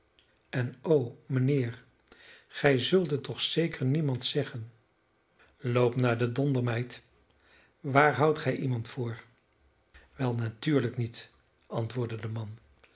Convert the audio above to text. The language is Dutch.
en o mijnheer gij zult het toch zeker niemand zeggen loop naar den donder meid waar houdt gij iemand voor wel natuurlijk niet antwoordde de man